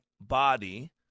body